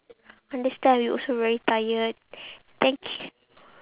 understand we also very tired thank y~